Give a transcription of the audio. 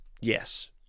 Yes